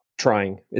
Trying